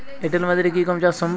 এঁটেল মাটিতে কি গম চাষ সম্ভব?